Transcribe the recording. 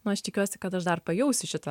na aš tikiuosi kad aš dar pajausiu šitą